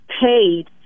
paid